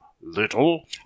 Little